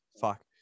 fuck